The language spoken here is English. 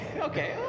Okay